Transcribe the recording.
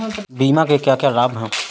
बीमा के क्या क्या लाभ हैं?